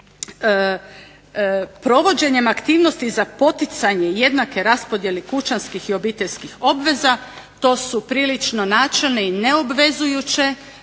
provođenjem aktivnosti za poticanje jednake raspodjele kućanskih i obiteljskih obveza, to su prilično načelne i neobvezujuće